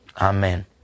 Amen